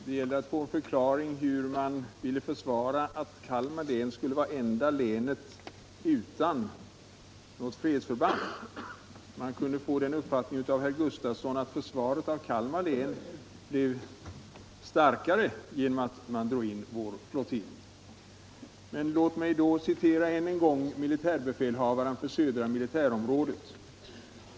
Herr talman! Det gällde hur man ville försvara att Kalmar län skulle vara enda länet utan något fredsförband. Av herr Gustafssons anförande kunde man nästan få den uppfattningen att försvaret av Kalmar län blir starkare genom att man drar in vår flottilj ——-. Låt mig då än en gång citera militärbefälhavaren för södra militärområdet.